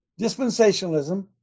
Dispensationalism